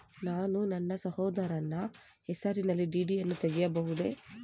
ನಾನು ನನ್ನ ಸಹೋದರನ ಹೆಸರಿನಲ್ಲಿ ಡಿ.ಡಿ ಯನ್ನು ತೆಗೆಯಬಹುದೇ?